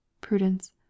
Prudence